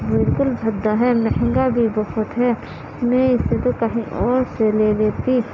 بالکل بھدا ہے مہنگا بھی بہت ہے میں اس کو کہیں اور سے لے لیتی